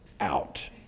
out